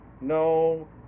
no